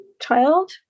child